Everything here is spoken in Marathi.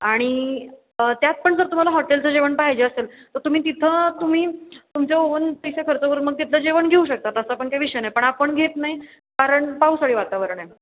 आणि त्यात पण जर तुम्हाला हॉटेलचं जेवण पाहिजे असेल तर तुम्ही तिथं तुम्ही तुमच्या ओन पैसे खर्च करून मग तिथं जेवण घेऊ शकता तसं पण काय विषय नाही पण आपण घेत नाही कारण पावसाळी वातावरण आहे